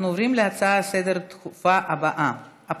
אנחנו עוברים להצעות הדחופות לסדר-היום מס' 9262,